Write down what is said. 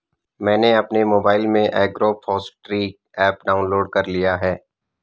मैंने अपने मोबाइल में एग्रोफॉसट्री ऐप डाउनलोड कर लिया है